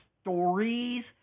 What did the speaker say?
stories